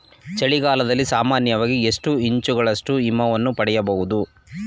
ಚಳಿಗಾಲದಲ್ಲಿ ಸಾಮಾನ್ಯವಾಗಿ ಎಷ್ಟು ಇಂಚುಗಳಷ್ಟು ಹಿಮವನ್ನು ಪಡೆಯಬಹುದು?